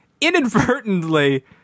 inadvertently